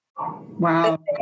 Wow